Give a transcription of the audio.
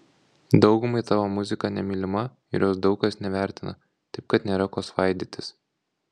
daugumai tavo muzika nemylima ir jos daug kas nevertina taip kad nėra ko svaidytis